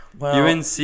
UNC